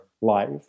life